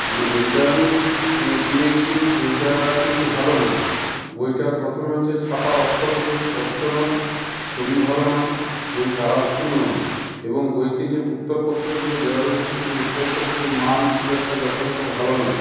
যে বইটা আমি কিনেছি বইটা কিন্তু ভালো না বইটার প্রথমে হচ্ছে ছাপার অক্ষরগুলো স্পষ্ট নয় ছবি ভালো নয় বই কালারফুল নয় এবং বইতে যে উত্তরপত্রগুলো দেওয়া রয়েছে সেই উত্তরপত্রের মান খুব একটা যথাযথ ভালো নয়